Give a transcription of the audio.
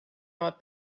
not